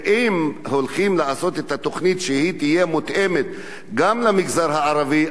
ואם הולכים לעשות את התוכנית שתהיה מותאמת גם למגזר הערבי,